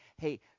Hey